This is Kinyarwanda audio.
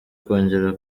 kongera